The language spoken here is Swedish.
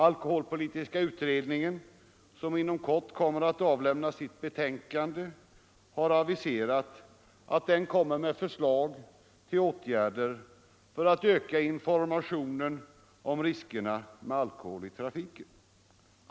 Alkoholpolitiska utredningen, som inom kort skall avlämna sitt betänkande, har aviserat att den kommer med förslag till åtgärder för att öka informationen om riskerna med alkohol i trafiken.